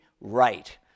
right